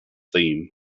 theme